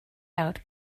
out